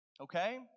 okay